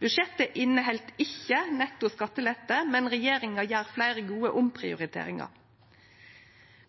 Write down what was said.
Budsjettet inneheld ikkje netto skattelette, men regjeringa gjer fleire gode omprioriteringar.